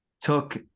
took